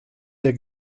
der